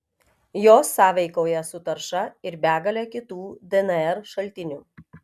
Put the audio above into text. jos sąveikauja su tarša ir begale kitų dnr šaltinių